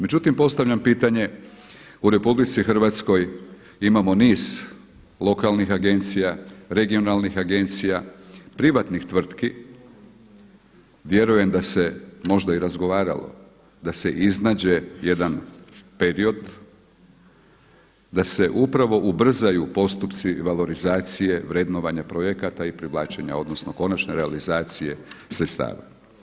Međutim, postavljam pitanje, u RH imamo niz lokalnih agencija, regionalnih agencija, privatnih tvrtki, vjerujem da se možda i razgovaralo da se iznađe jedan period, da se upravo ubrzaju postupci valorizacije, vrednovanja projekata i privlačenja, odnosno konačne realizacije sredstava.